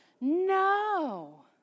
No